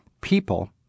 people